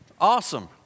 awesome